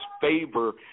favor